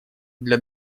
для